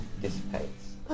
dissipates